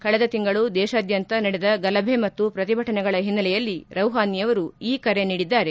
ಕಳೆದ ತಿಂಗಳು ದೇತಾದ್ದಂತ ನಡೆದ ಗಲಭೆ ಮತ್ತು ಪ್ರತಿಭಟನೆಗಳ ಹಿನ್ನೆಲೆಯಲ್ಲಿ ರೌಹಾನಿರವರು ಈ ಕರೆ ನೀಡಿದ್ದಾರೆ